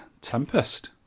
Tempest